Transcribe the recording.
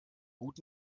gut